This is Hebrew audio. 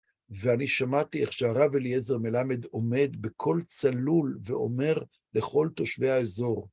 ואני שמעתי איך שהרב אליעזר מלמד עומד בקול צלול ואומר לכל תושבי האזור.